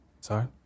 Sorry